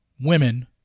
women